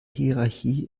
hierarchie